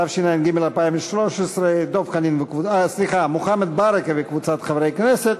התשע"ג 2013, של מוחמד ברכה וקבוצת חברי הכנסת.